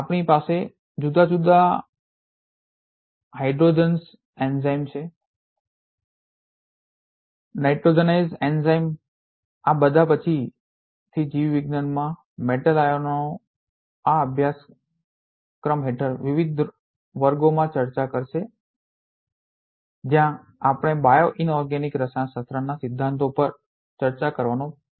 આપણી પાસે જુદા જુદા હાઇડ્રોજનઝ એન્ઝાઇમ છે નાઈટ્રોજેનેઝ એન્ઝાઇમ આ બધા પછીથી જીવવિજ્ઞાનમાં મેટલ્સ આયનો આ અભ્યાસક્રમ હેઠળ વિવિધ વર્ગોમાં ચર્ચા કરશે જ્યાં આપણે બાયોઇનોર્ગેનિક રસાયણશાસ્ત્રના સિદ્ધાંતો પર ચર્ચા કરવાનો પ્રયાસ કરી રહ્યા છીએ